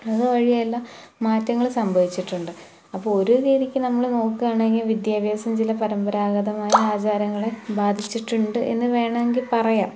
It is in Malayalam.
അതുവഴി എല്ലാം മാറ്റങ്ങൾ സംഭവിച്ചിട്ടുണ്ട് അപ്പോൾ ഒരു രീതിക്ക് നമ്മൾ നോക്കുക ആണെങ്കില് വിദ്യാഭ്യാസം ചില പരമ്പരാഗതമായ ആചാരങ്ങളെ ബാധിച്ചിട്ടുണ്ട് എന്നു വേണമെങ്കിൽ പറയാം